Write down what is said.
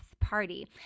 party